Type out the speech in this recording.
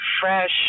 fresh